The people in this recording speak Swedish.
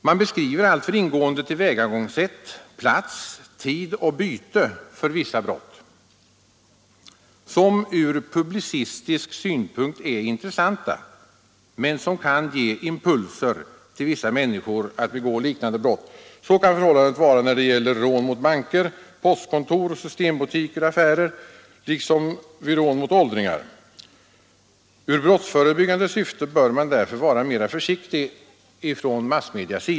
Man beskriver alltför ingående tillvägagångssätt, plats, tid och byte för vissa brott som ur publicistisk synpunkt är intressanta. Det kan ge vissa människor impulser att begå liknande brott. Så kan förhållandet vara när det gäller rån mot banker, postkontor, systembutiker och affärer liksom vid rån mot åldringar. Ur brottsförebyggande synpunkt bör massmedia därför vara mera försiktiga.